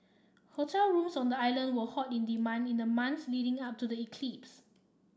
hotel rooms on the island were hot in demand in the months leading up to the eclipse